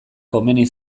komeni